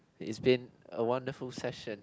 it's been a wonderful session